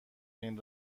بین